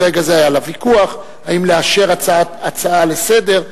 ברגע זה היה לה ויכוח אם לאשר הצעה לסדר-היום.